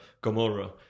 Gomorrah